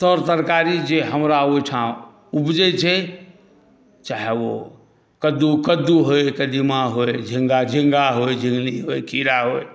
तर तरकारी जे हमरा ओहिठाम उपजै छै चाहे ओ कद्दू कद्दू होइ कदीमा होइ झींगा झींगा होइ झिंगुली होइ खीरा होइ